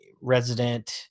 resident